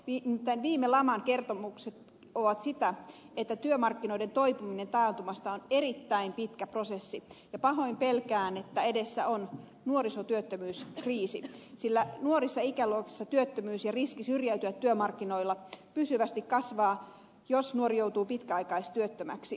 nimittäin viime laman kertomukset ovat sitä että työmarkkinoiden toipuminen taantumasta on erittäin pitkä prosessi ja pahoin pelkään että edessä on nuorisotyöttömyyskriisi sillä nuorissa ikäluokissa työttömyys ja riski syrjäytyä työmarkkinoilla pysyvästi kasvavat jos nuori joutuu pitkäaikaistyöttömäksi